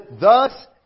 thus